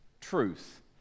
truth